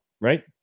right